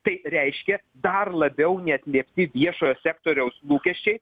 tai reiškia dar labiau neatliepti viešojo sektoriaus lūkesčiai